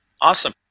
Awesome